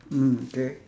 mm K